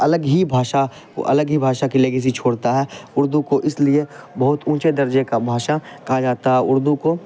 الگ ہی بھاشا الگ ہی بھاشا کی لیگیسی چھوڑتا ہے اردو کو اس لیے بہت اونچے درجے کا بھاشا کہا جاتا ہے اردو کو